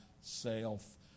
self